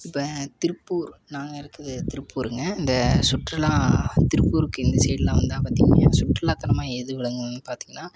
இப்போ திருப்பூர் நாங்கள் இருக்கிறது திருப்பூருங்க இந்த சுற்றுலா திருப்பூருக்கு இந்த சைடெலாம் வந்தால் பார்த்திங்கனா சுற்றுலாத்தலமாக எது விளங்குதுன்னு பார்த்திங்கனா